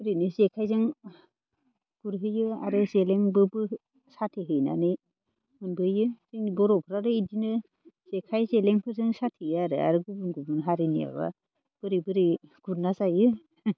ओरैनो जेखाइजों गुरहैयो आरो जेलेंबो साथेहैनानै मोनबोयो जोंनि बर'फ्राथ' बिदिनो जेखाइ जेलेंफोरजों साथियो आरो आरो गुबुन गुबुन हारिनियाबो बोरै बोरै गुरना जायो